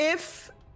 If-